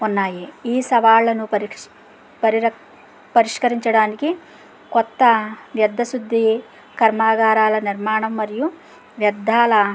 ఉన్నాయి ఈ సవాళ్ళను పరిష్కరించడానికి కొత్త వ్యర్ధ శుద్ది కర్మాగారాల నిర్మాణం మరియు వ్యర్ధాల